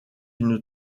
une